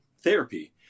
therapy